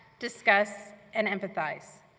discuss, and empathize,